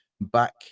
back